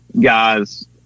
guys